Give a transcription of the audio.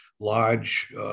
large